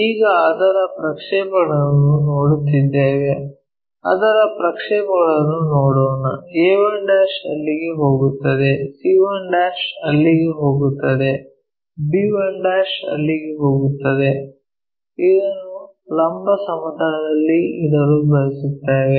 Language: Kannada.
ಈಗ ಅದರ ಪ್ರಕ್ಷೇಪಗಳನ್ನು ನೋಡುತ್ತಿದ್ದೇವೆ ಅದರ ಪ್ರಕ್ಷೇಪಗಳನ್ನು ನೋಡೋಣ a1 ಅಲ್ಲಿಗೆ ಹೋಗುತ್ತದೆ c1 ಅಲ್ಲಿಗೆ ಹೋಗುತ್ತದೆ b1 ಅಲ್ಲಿಗೆ ಹೋಗುತ್ತದೆ ಇದನ್ನು ಲಂಬ ಸಮತಲದಲ್ಲಿ ಇಡಲು ಬಯಸುತ್ತೇವೆ